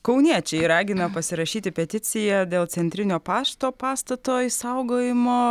kauniečiai ragina pasirašyti peticiją dėl centrinio pašto pastato išsaugojimo